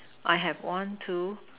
I have one two